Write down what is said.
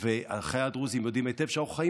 ואחינו הדרוזים יודעים היטב שאנחנו חיים